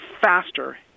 faster